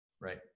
Right